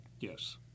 Yes